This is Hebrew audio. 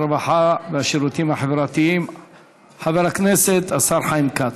הרווחה והשירותים החברתיים חבר הכנסת חיים כץ.